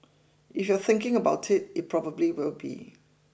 if you're thinking about it it probably will be